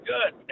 Good